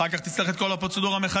אחר כך תצטרך את כל הפרוצדורה מחדש.